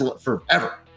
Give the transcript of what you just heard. forever